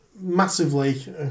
massively